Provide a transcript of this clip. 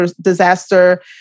disaster